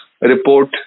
report